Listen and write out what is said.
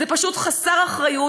זה פשוט חסר אחריות.